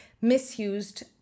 misused